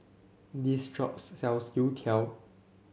this shops sells Youtiao